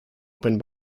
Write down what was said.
open